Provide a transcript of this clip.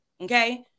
okay